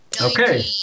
Okay